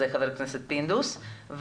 ח"כ פינדרוס,